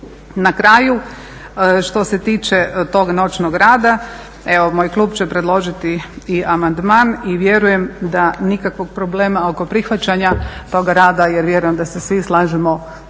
Na kraju, što se tiče tog noćnog rada, moj klub će predložiti i amandman i vjerujem da nikakvog problema oko prihvaćanja toga rada, jer vjerujem da se svi slažemo